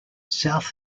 south